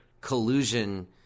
collusion